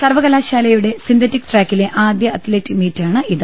സർവ്വകലാശാലയുടെ സിന്തറ്റിക്ക് ട്രാക്കിലെ ആദ്യ്ത്ലറ്റിക്ക് മീറ്റാണ് ഇത്